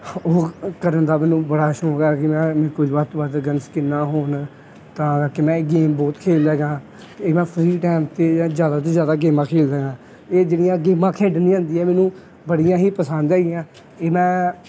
ਕਰਨ ਦਾ ਮੈਨੂੰ ਬੜਾ ਸ਼ੌਕ ਹੈਗਾ ਕਿ ਮੈਂ ਕੁਝ ਵੱਧ ਤੋਂ ਵੱਧ ਗਨਸ ਸਕਿਨਾਂ ਹੋਣ ਤਾਂ ਕਰਕੇ ਮੈਂ ਇਹ ਗੇਮ ਬਹੁਤ ਖੇਡਦਾ ਹੈਗਾ ਇਹ ਮੈਂ ਫਰੀ ਟਾਈਮ 'ਤੇ ਜਾਂ ਜ਼ਿਆਦਾ ਤੋਂ ਜ਼ਿਆਦਾ ਗੇਮਾਂ ਖੇਡਦਾ ਇਹ ਜਿਹੜੀਆਂ ਗੇਮਾਂ ਖੇਡਣੀਆਂ ਹੁੰਦੀਆਂ ਮੈਨੂੰ ਬੜੀਆਂ ਹੀ ਪਸੰਦ ਹੈਗੀਆਂ ਇਹ ਮੈਂ